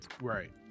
right